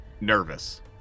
nervous